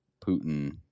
Putin